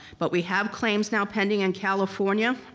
but we have claims now pending in california